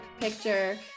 picture